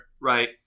right